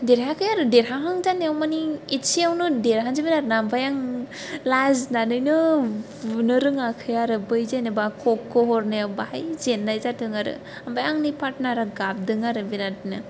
देरहायाखै आरो देरहाहां जानायावनो माने एसेयावनो देरहानोसैमोन आरो ना ओमफाय आं लाजिनानैनो बुनो रोङाखै आरो बै जेनेबा ककखौ हरनायाव बाहाय जेननाय जादों आरो ओमफाय आंनि पार्टनारा गाबदों आरो बिरादनो